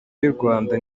yurwanda